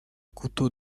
couteau